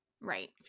right